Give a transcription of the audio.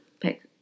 pick